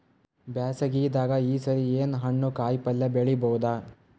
ಬ್ಯಾಸಗಿ ದಾಗ ಈ ಸರಿ ಏನ್ ಹಣ್ಣು, ಕಾಯಿ ಪಲ್ಯ ಬೆಳಿ ಬಹುದ?